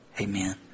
Amen